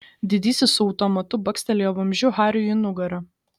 didysis su automatu bakstelėjo vamzdžiu hariui į nugarą